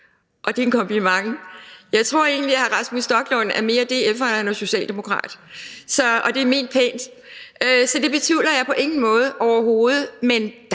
og det er en kompliment: Jeg tror egentlig, at hr. Rasmus Stoklund er mere DF'er, end han er socialdemokrat – og det er ment pænt. Så det betvivler jeg på ingen måde overhovedet.